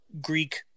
Greek